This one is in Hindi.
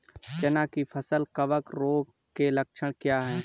चना की फसल कवक रोग के लक्षण क्या है?